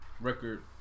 record